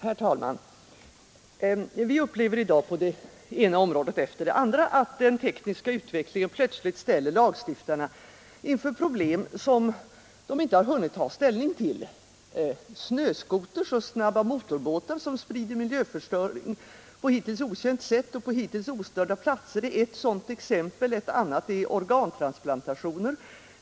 Herr talman! Vi upplever i dag på det ena området efter det andra att den tekniska utvecklingen plötsligt ställer lagstiftarna inför problem som de inte har hunnit ta ställning till. Snöskotrar och snabba motorbåtar, som åstadkommer miljöförstöring på hittills okänt sätt och på hittills ostörda platser, är ett exempel. Ett annat är organtransplantationer.